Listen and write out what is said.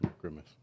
Grimace